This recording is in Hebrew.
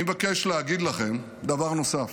אני מבקש להגיד לכם דבר נוסף,